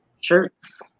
shirts